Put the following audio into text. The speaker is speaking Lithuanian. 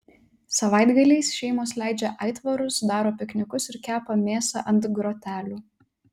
savaitgaliais šeimos leidžia aitvarus daro piknikus ir kepa mėsą ant grotelių